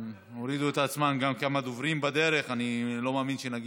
חברת הכנסת לאה פדידה, ראשונת הדוברים.